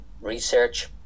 research